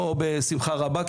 לא בשמחה רבה,